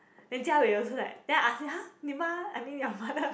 then jia wei also like then I ask him !huh! 你妈 I mean your mother